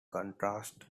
contrasts